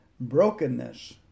brokenness